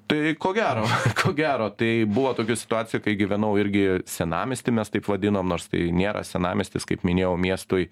tai ko gero ko gero tai buvo tokia situacija kai gyvenau irgi senamiesty mes taip vadinom nors tai nėra senamiestis kaip minėjau miestui